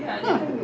அப்ரோ:apro